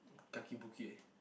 Kaki-Bukit